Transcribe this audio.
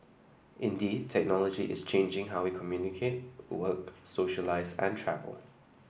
indeed technology is changing how we communicate work socialise and travel